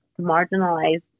marginalized